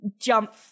jump